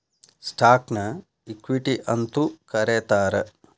ಸ್ಟಾಕ್ನ ಇಕ್ವಿಟಿ ಅಂತೂ ಕರೇತಾರ